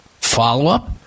follow-up